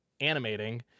animating